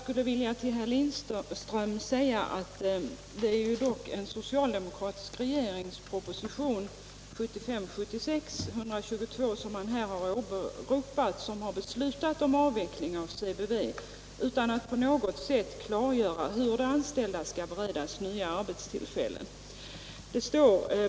Herr talman! Det är dock, herr Lindström, efter förslag i regeringspropositionen 1975/76:122 som beslut har fattats om avveckling av CBV utan att man på något sätt har klargjort hur de anställda skall beredas nya arbetstillfällen.